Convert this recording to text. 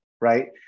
right